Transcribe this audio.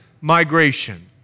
migration